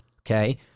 Okay